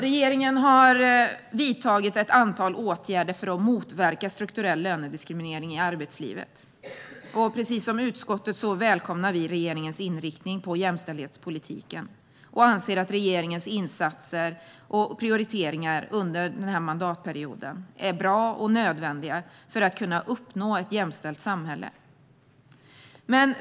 Regeringen har vidtagit ett antal åtgärder för att motverka strukturell lönediskriminering i arbetslivet, och precis som utskottet välkomnar vi regeringens inriktning på jämställdhetspolitiken. Vi anser att regeringens insatser och prioriteringar under mandatperioden 2014-2018 är bra och nödvändiga för att man ska kunna uppnå ett jämställt samhälle.